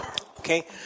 okay